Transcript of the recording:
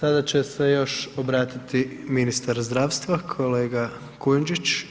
Sada će se još obratiti ministar zdravstva, kolega Kujundžić.